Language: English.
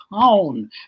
town